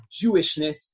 Jewishness